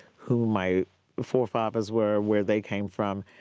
who my forefathers were, where they came from,